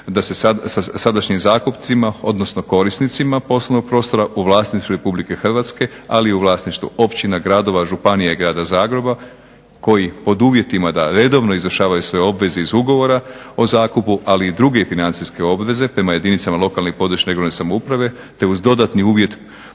da se sadašnjim zakupcima, odnosno korisnicima poslovnog prostora u vlasništvu Republike Hrvatske, ali i u vlasništvu općina, gradova, županija i Grada Zagreba koji pod uvjetima da redovno izvršavaju svoje obveze iz ugovora o zakupu, ali i druge financijske obveze prema jedinicama lokalne i područne regionalne samouprave, te uz dodatni uvjet